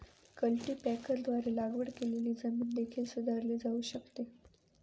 कल्टीपॅकरद्वारे लागवड केलेली जमीन देखील सुधारली जाऊ शकते